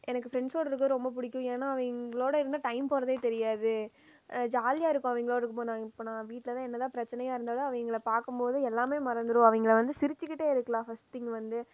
எனக்கு ஃபிரண்ட்ஸ்சோட இருக்கிறது ரொம்ப பிடிக்கும் ஏன்னால் அவிங்களோட இருந்தால் டைம் போகிறதே தெரியாது ஜாலியாகருக்கும் அவிங்களோட இருக்கும் போது இப்போது நான் வீட்டில் தான் என்ன தான் பிரச்சினயா இருந்தாலும் அது அவிங்கள பார்க்கும் போது எல்லாமே மறந்திடும் அவிங்கள வந்து சிரிச்சுக்கிட்டே இருக்கலாம் ஃபர்ஸ்ட் திங்க் வந்து